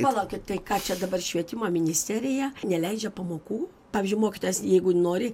palaukit tai ką čia dabar švietimo ministerija neleidžia pamokų pavyzdžiui mokytojas jeigu nori